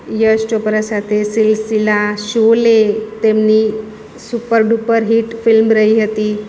યશ ચોપરા સાથે સિલસિલા શોલે તેમની super duper hit film રહી હતી